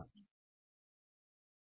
సరేనా